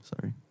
Sorry